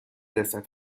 رسد